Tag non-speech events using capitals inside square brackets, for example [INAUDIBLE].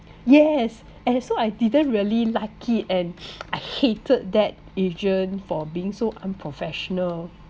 yes and so I didn't really like it and [BREATH] I hated that agent for being so unprofessional